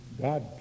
God